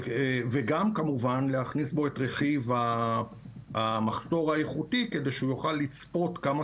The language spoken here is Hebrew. וגם כמובן להכניס בו את רכיב המחסור האיכותי כדי שהוא יוכל לצפות כמה